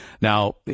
now